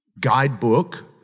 guidebook